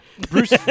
Bruce